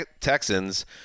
Texans